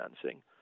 financing